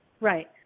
Right